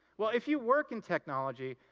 well, if you work in technology,